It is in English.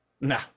No